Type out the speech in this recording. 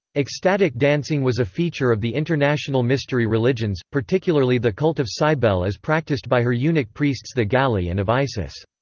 ecstatic dancing was a feature of the international mystery religions, particularly the cult of cybele as practised by her eunuch priests the galli and of isis.